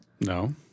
No